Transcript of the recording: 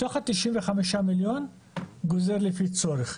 מתוך ה-95 מיליון גוזר לפי צורך.